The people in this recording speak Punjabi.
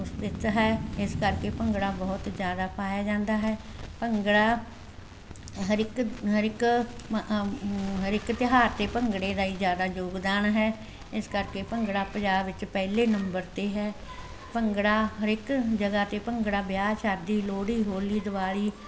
ਸਥਿਤ ਹੈ ਇਸ ਕਰਕੇ ਭੰਗੜਾ ਬਹੁਤ ਜ਼ਿਆਦਾ ਪਾਇਆ ਜਾਂਦਾ ਹੈ ਭੰਗੜਾ ਹਰ ਇੱਕ ਹਰ ਇੱਕ ਹਰ ਇੱਕ ਤਿਉਹਾਰ 'ਤੇ ਭੰਗੜੇ ਦਾ ਹੀ ਜ਼ਿਆਦਾ ਯੋਗਦਾਨ ਹੈ ਇਸ ਕਰਕੇ ਭੰਗੜਾ ਪੰਜਾਬ ਵਿੱਚ ਪਹਿਲੇ ਨੰਬਰ 'ਤੇ ਹੈ ਭੰਗੜਾ ਹਰ ਇੱਕ ਜਗ੍ਹਾ 'ਤੇ ਭੰਗੜਾ ਵਿਆਹ ਸ਼ਾਦੀ ਲੋਹੜੀ ਹੋਲੀ ਦਿਵਾਲੀ